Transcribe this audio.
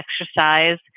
exercise